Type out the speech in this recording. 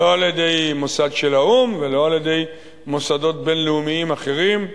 לא על-ידי מוסד של האו"ם ולא על-ידי מוסדות בין-לאומיים אחרים.